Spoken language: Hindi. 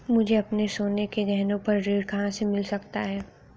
मुझे अपने सोने के गहनों पर ऋण कहां से मिल सकता है?